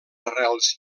arrels